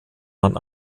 man